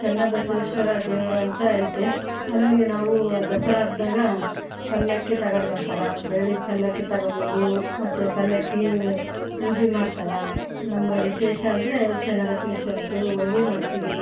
ಚೆನ್ನಬಸವೇಶ್ವರ ದೇವರು ಅಂತ ಐತಿ ಅಲ್ಲಿ ನಾವು ದಸರ ಹಬ್ಬದಾಗ ಪಲ್ಲಕ್ಕಿ ತಗೊಂಡ್ಬರ್ತಾರೆ ಬೆಳ್ಳಿ ಪಲ್ಲಕ್ಕಿ ತಗೋಂಬಂದು ಮತ್ತು ಪಲ್ಲಕ್ಕಿ ಪೂಜೆ ಮಾಡ್ತಾರೆ ನಮ್ಮೂರು ವಿಶೇಷ ಅಂದರೆ ಚೆನ್ನಬಸವೇಶ್ವರದ್ದು ಹೋಳ್ಗೆ ಮಾಡ್ತೀವಿ